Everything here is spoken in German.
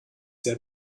sehr